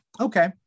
okay